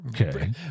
Okay